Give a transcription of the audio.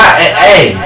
hey